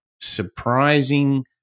surprising